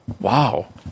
wow